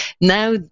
now